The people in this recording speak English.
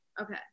Okay